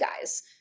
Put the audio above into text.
guys